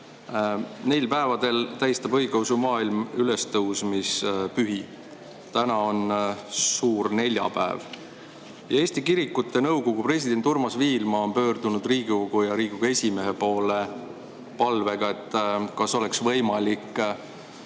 Neil päevil tähistab õigeusumaailm ülestõusmispühi, täna on suur neljapäev. Eesti Kirikute Nõukogu president Urmas Viilma on pöördunud Riigikogu ja Riigikogu esimehe poole palvega, kas oleks võimalik